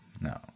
No